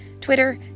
Twitter